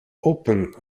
open